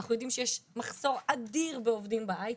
אנחנו יודעים שיש מחסור אדיר של עובדים בהייטק.